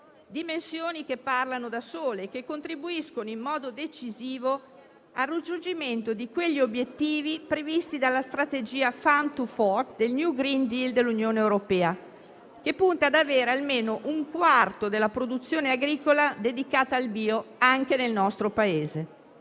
dimensioni che parlano da sole e che contribuiscono in modo decisivo al raggiungimento degli obiettivi previsti dalla strategia Farm to fork nel *green new deal* dell'Unione europea, che punta ad avere almeno un quarto della produzione agricola dedicata al bio anche nel nostro Paese.